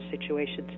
situations